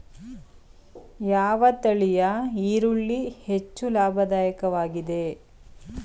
ಯಾವ ತಳಿಯ ಈರುಳ್ಳಿ ಹೆಚ್ಚು ಲಾಭದಾಯಕವಾಗಿದೆ?